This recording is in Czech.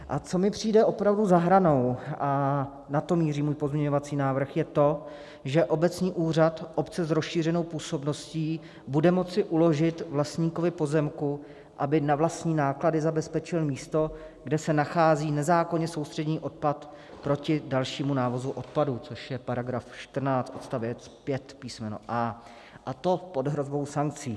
A co mi přijde opravdu za hranou, a na to míří můj pozměňovací návrh, je to, že obecní úřad obce s rozšířenou působností bude moci uložit vlastníkovi pozemku, aby na vlastní náklady zabezpečil místo, kde se nachází nezákonně soustředěný odpad, proti dalšímu návozu odpadu, což je § 14 odst. 5 písm. a), a to pod hrozbou sankcí.